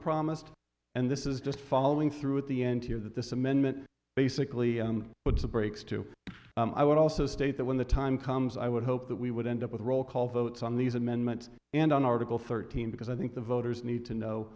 promised and this is just following through at the end here that this amendment basically what's the breaks to i would also state that when the time comes i would hope that we would end up with roll call votes on these amendments and on article thirteen because i think the voters need to know